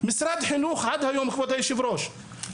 אדוני היושב ראש,